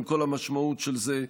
עם כל המשמעות של זה.